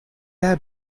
air